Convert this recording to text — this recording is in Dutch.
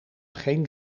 geen